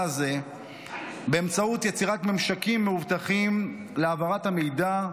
הזה באמצעות יצירת ממשקים מאובטחים להעברת המידע.